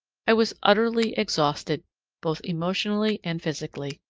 i was utterly exhausted both emotionally and physically.